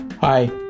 Hi